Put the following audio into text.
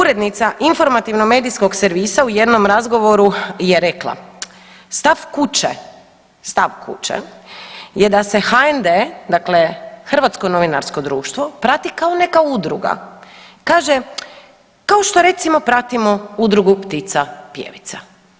Urednica informativno-medijskog servisa u jednom razgovoru je rekla, stav kuće, stav kuće je da se HND, dakle, Hrvatsko novinarsko društvo, prati kao, ne kao udruga, kaže, kao što recimo, pratimo udrugu ptica pjevica.